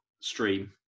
stream